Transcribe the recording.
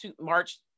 March